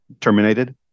terminated